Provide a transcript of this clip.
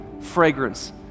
fragrance